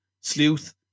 Sleuth